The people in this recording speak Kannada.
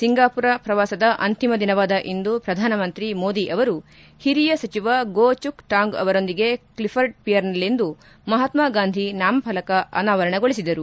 ಸಿಂಗಾಪುರ ಪ್ರವಾಸದ ಅಂತಿಮ ದಿನವಾದ ಇಂದು ಪ್ರಧಾನಮಂತ್ರಿ ಮೋದಿ ಅವರು ಹಿರಿಯ ಸಚಿವ ಗೋ ಚೋಕ್ ಟಾಂಗ್ ಅವರೊಂದಿಗೆ ಕ್ಷಿಫಡ್ಪಿಯರ್ನಲ್ಲಿಂದು ಮಹಾತ್ನ ಗಾಂಧಿ ನಾಮಫಲಕ ಅನಾವರಣಗೊಳಿಸಿದರು